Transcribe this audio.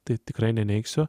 tai tikrai neneigsiu